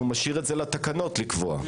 זה משאיר את זה לתקנות לקבוע.